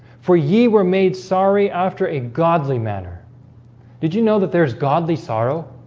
for ye were made sorry after a godly manner did you know that there's godly sorrow?